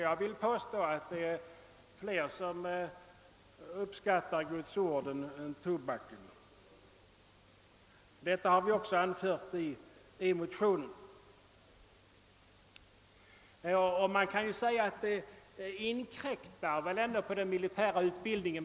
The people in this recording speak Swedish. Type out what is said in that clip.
Jag påstår att det är fler som uppskattar Guds ord än tobaken. Detta har vi också framfört i vår motion. Man säger att en andaktsstund inkräktar på den militära utbildningen.